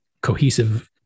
cohesive